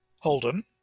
Holden